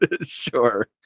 Sure